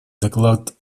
доклад